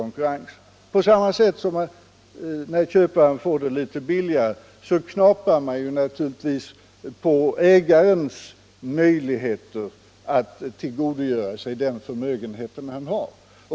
När en köpare får marken litet billigare knaprar man naturligtvis på ägarens möjligheter att tillgodogöra sig den förmö genhet han har.